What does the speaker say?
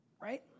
right